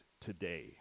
today